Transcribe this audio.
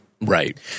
Right